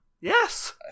Yes